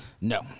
No